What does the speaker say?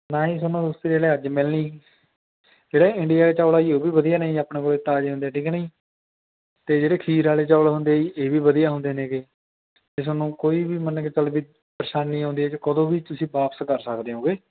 ਤਾਂ ਜੀ ਤੁਹਾਨੂੰ ਉਸੇ ਵੇਲੇ ਅੱਜ ਮਿਲਣੀ ਜਿਹੜੇ ਇੰਡੀਆ ਚੌਲ ਆ ਜੀ ਉਹ ਵੀ ਵਧੀਆ ਨੇ ਜੀ ਆਪਣੇ ਕੋਲ ਤਾਜ਼ੇ ਹੁੰਦੇ ਠੀਕ ਹੈ ਨਾ ਜੀ ਅਤੇ ਜਿਹੜੇ ਖੀਰ ਵਾਲੇ ਚੌਲ ਹੁੰਦੇ ਆ ਜੀ ਇਹ ਵੀ ਵਧੀਆ ਹੁੰਦੇ ਨੇਗੇ ਇਹ ਤੁਹਾਨੂੰ ਕੋਈ ਵੀ ਮੰਨ ਕੇ ਚੱਲ ਵੀ ਪਰੇਸ਼ਾਨੀ ਆਉਂਦੀ ਹੈ ਕਿ ਕਦੋਂ ਵੀ ਤੁਸੀਂ ਵਾਪਿਸ ਕਰ ਸਕਦੇ ਹੈਗੇ